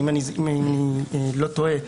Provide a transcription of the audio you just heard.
אם אני לא טועה,